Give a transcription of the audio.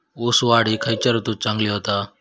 ऊस वाढ ही खयच्या ऋतूत चांगली होता?